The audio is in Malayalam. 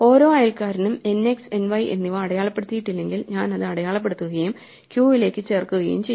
ഓരോ അയൽക്കാരനും nxny എന്നിവ അടയാളപ്പെടുത്തിയിട്ടില്ലെങ്കിൽ ഞാൻ അത് അടയാളപ്പെടുത്തുകയും ക്യൂവിലേക്ക് ചേർക്കുകയും ചെയ്യും